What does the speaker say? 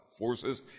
Forces